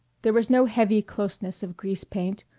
there was no heavy closeness of greasepaint,